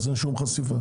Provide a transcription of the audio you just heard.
אז אין שום חשיפה.